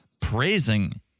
praising